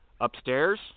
Upstairs